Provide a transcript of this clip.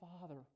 Father